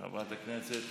חברת הכנסת